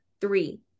Three